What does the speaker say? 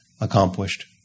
accomplished